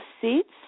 seats